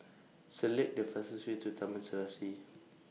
Select The fastest Way to Taman Serasi